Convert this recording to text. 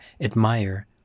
admire